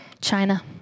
China